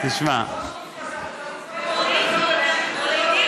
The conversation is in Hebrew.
למה רק בדרום תל אביב?